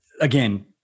again